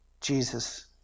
Jesus